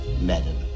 Madam